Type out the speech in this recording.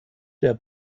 der